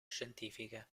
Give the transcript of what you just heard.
scientifiche